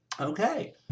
Okay